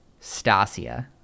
Stasia